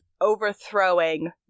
overthrowing